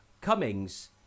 Cummings